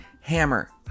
hammer